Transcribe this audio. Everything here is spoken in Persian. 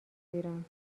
ایران